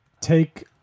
take